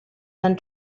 then